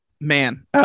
Man